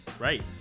Right